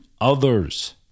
others